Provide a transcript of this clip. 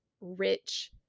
rich